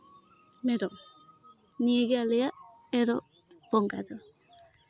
ᱢᱮᱨᱚᱢ ᱱᱤᱭᱟᱹᱜᱮ ᱟᱞᱮᱭᱟᱜ ᱮᱨᱚᱜ ᱵᱚᱸᱜᱟ ᱫᱚ